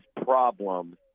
problems